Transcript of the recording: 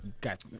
got